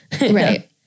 Right